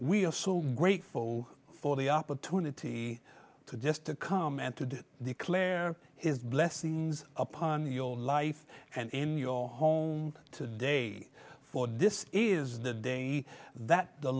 we are so grateful for the opportunity to just come and to do declare his blessings upon your life and in your home to day for this is the day that the